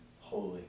Holy